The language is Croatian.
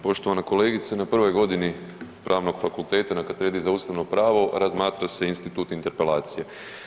Poštovana kolegice na prvoj godini Pravnog fakulteta na Katedri za ustavno pravo razmatra se institut interpelacije.